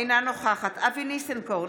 אינה נוכחת אבי ניסנקורן,